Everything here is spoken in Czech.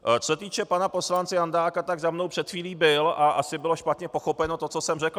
Co se týče pana poslance Jandáka, tak za mnou před chvílí byl a asi bylo špatně pochopeno to, co jsem řekl.